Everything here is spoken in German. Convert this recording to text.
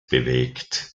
bewegt